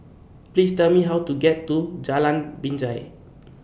Please Tell Me How to get to Jalan Binjai